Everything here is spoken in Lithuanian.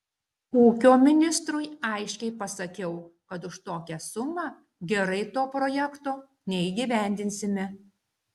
ūkio ministrui aiškiai pasakiau kad už tokią sumą gerai to projekto neįgyvendinsime